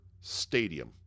stadium